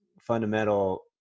fundamental